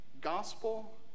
gospel